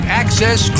access